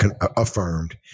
affirmed